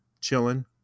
chilling